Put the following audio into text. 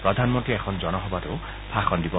প্ৰধানমন্ত্ৰীয়ে এখন জনসভাতো ভাষণ দিব